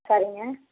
சரிங்க